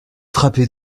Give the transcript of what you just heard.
frappez